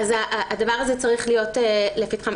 -- אז הדבר הזה צריך להיות לפתחם.